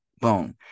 boom